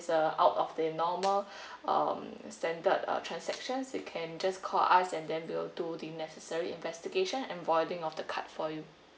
uh out of the normal uh the standard uh transactions you can just call us and then we'll do the necessary investigation and voiding of the card for you